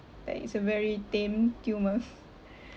like is a very tame tumour